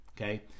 okay